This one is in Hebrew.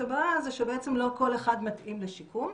הבאה זה שבעצם לא כל אחד מתאים לשיקום.